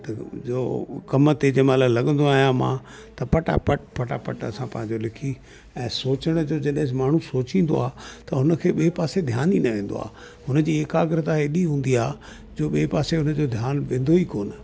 त जो कमु ते जंहिं महिल लॻंदो आहियां मां त फटाफट फटाफट असां पंहिंजो लिखी ऐं सोचण जो जॾहिं माण्हू सोचींदो आहे त हुनखे ॿिए पासे ध्यानु ई न वेंदो आहे हुनजी एकाग्रता एॾी हूंदी आहे जो ॿिए पासे हुनजो ध्यानु वेंदो ई कोनि